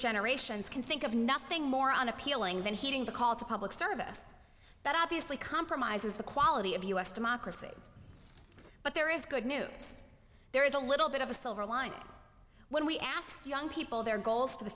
generations can think of nothing more unappealing than heeding the call to public service that obviously compromises the quality of us democracy but there is good news there is a little bit of a silver lining when we asked young people their goals for the